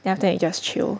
then after that you just chill